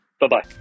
bye-bye